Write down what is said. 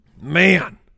Man